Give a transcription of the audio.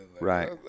Right